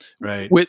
Right